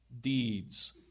deeds